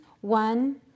one